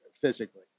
physically